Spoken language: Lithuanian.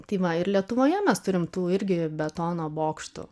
tai va ir lietuvoje mes turim tų irgi betono bokštų